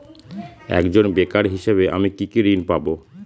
একজন বেকার হিসেবে আমি কি কি ঋণ পাব?